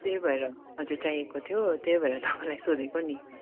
त्यही भएर हजुर चाहिएको थियो त्यही भएर तपाईँलाई सोधेको नि